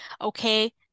Okay